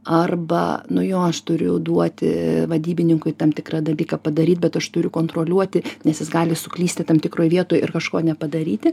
arba nu jo aš turiu duoti vadybininkui tam tikrą dalyką padaryt bet aš turiu kontroliuoti nes jis gali suklysti tam tikroj vietoj ir kažko nepadaryti